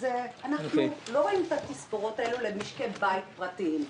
אנחנו לא רואים את התספורות האלה למשקי בית פרטיים.